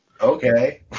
okay